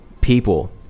people